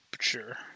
Sure